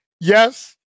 Yes